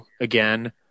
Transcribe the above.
again